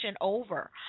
over